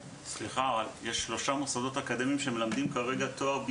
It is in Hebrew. יש שלושה מוסדות אקדמיים שמלמדים כרגע תואר.